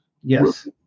yes